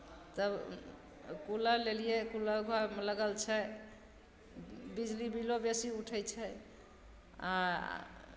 तब कूलर लेलियै कूलर घरमे लागल छै बिजली बिलो बेसी उठै छै आ